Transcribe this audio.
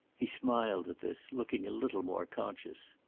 he smiled at this, looking a little more conscious.